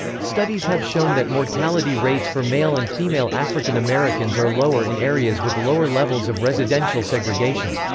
studies have shown that mortality rates for male and female african americans are lower in areas with lower levels of residential segregation.